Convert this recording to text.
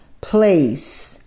place